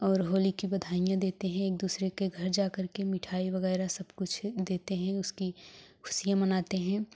और होली की बधाइयाँ देते हें एक दूसरे के घर जा करके मिठाई वगैरह सब कुछ देते हैं उसकी खुशियाँ मनाते हें